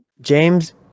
James